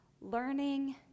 learning